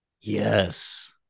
yes